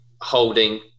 holding